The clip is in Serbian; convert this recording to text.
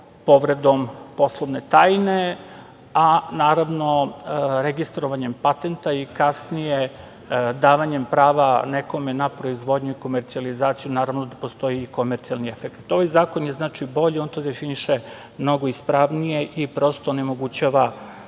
povredom poslovne tajne, a naravno, registrovanjem patenta i kasnije davanjem prava nekome na proizvodnju i komercijalizaciju, naravno da postoji i komercijalni efekat. Ovaj zakon je bolji, on to definiše mnogo ispravnije i prosto, onemogućava